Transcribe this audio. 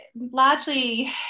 largely